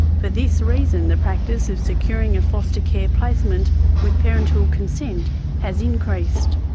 for this reason the practice of securing a foster care placement with parental consent has increased.